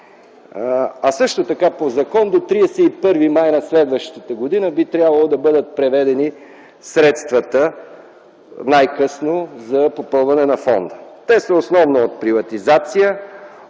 По закон най-късно до 31 май на следващата година би трябвало да бъдат преведени средствата за попълване на фонда. Те са основно от приватизация,